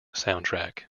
soundtrack